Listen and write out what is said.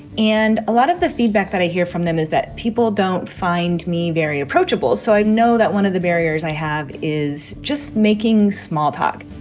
and a lot of the feedback that i hear from them is that people don't find me very approachable. so i know that one of the barriers i have is just making small talk